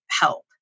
help